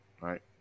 Right